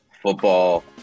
football